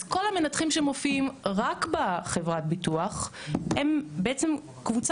אז כל המנתחים שמופיעים רק בחברת ביטוח הם קבוצה